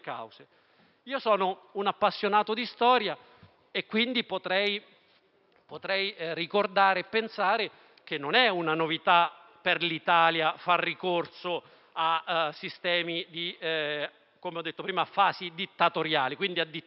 Sono un appassionato di storia, quindi potrei ricordare e pensare che non è una novità per l'Italia far ricorso - come ho detto prima - a fasi dittatoriali e a dittatori.